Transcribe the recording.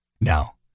Now